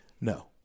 No